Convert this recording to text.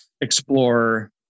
explore